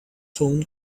phone